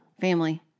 Family